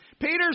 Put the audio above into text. Peter's